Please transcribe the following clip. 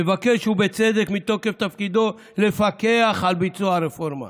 מבקש, ובצדק, מתוקף תפקידו, לפקח על ביצוע הרפורמה